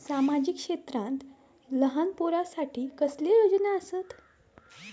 सामाजिक क्षेत्रांत लहान पोरानसाठी कसले योजना आसत?